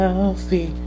Healthy